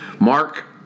Mark